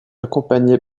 accompagnée